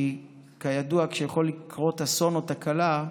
כי כידוע, כשיכולים לקרות אסון או תקלה,